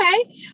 Okay